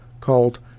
called